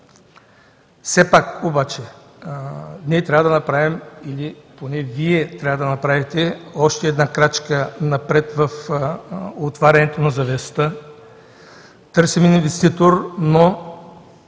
да направим, поне Вие трябва да направите още една крачка напред в отварянето на завесата. Търсим инвеститор, но